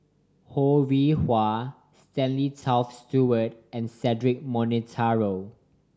Ho Rih Hwa Stanley Toft Stewart and Cedric Monteiro